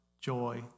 joy